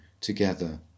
together